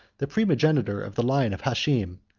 the primogeniture of the line of hashem,